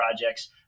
projects